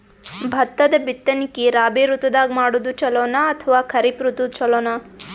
ಭತ್ತದ ಬಿತ್ತನಕಿ ರಾಬಿ ಋತು ದಾಗ ಮಾಡೋದು ಚಲೋನ ಅಥವಾ ಖರೀಫ್ ಋತು ಚಲೋನ?